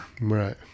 right